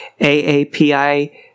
AAPI